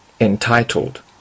entitled